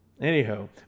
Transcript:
Anyhow